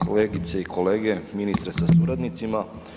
Kolegice i kolege, ministre sa suradnicima.